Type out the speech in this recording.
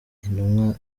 intumwa